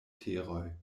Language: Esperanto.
teroj